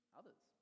others